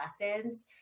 lessons